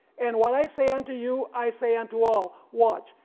and when i say unto you i say unto all, watch.